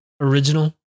original